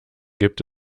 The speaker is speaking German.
gibt